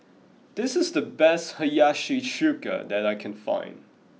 this is the best Hiyashi Chuka that I can find